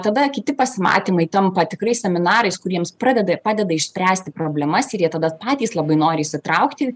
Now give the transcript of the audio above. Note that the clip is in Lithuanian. tada kiti pasimatymai tampa tikrais seminarais kuriems pradeda ir padeda išspręsti problemas ir jie tada patys labai nori įsitraukti